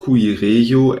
kuirejo